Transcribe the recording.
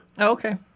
okay